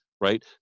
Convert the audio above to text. right